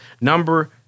Number